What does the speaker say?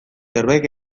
zerbait